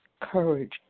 courage